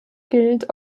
gilt